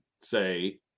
say